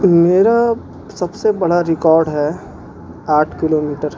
میرا سب سے بڑا ریکارڈ ہے آٹھ کلو میٹر